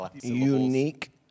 Unique